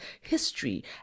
history